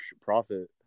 profit